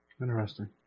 Interesting